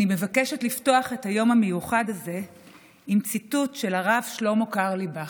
אני מבקשת לפתוח את היום המיוחד הזה עם ציטוט של הרב שלמה קרליבך: